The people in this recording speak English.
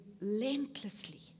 relentlessly